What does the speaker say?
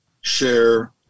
share